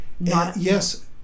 Yes